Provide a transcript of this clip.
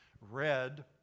red